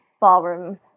ballroom